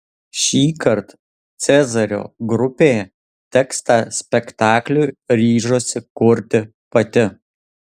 šįkart cezario grupė tekstą spektakliui ryžosi kurti pati